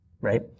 Right